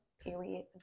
period